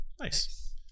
Nice